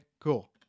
cool